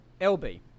LB